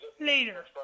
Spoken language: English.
Later